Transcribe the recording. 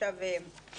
עכשיו,